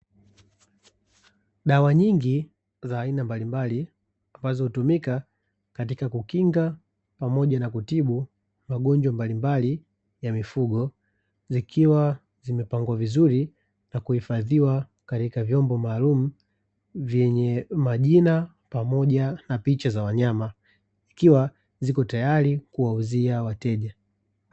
Dawa nyingi za aina mbalimbali ambazo hutumika katika kukinga pamoja na kutibu magonjwa mbalimbali ya mifugo. Zikiwa zimepangwa vizuri na kuhifadhiwa katika vyombo maalumu, vyenye majina pamoja na picha za wanyama ikiwa zipo tayari kuwauzia wateja.